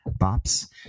bops